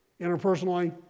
interpersonally